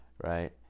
right